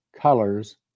colors